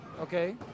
Okay